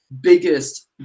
biggest